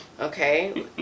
Okay